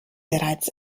bereits